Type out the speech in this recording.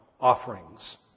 offerings